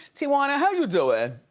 tiwana, how you doing?